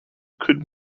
could